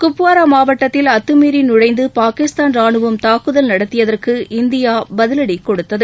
குப்வாரா மாவட்டத்தில் அத்துமீறி நுழைந்து பாகிஸ்தான் ராணுவம் தாக்குதல் நடத்தியதற்கு இந்தியா பதிலடி கொடுத்தது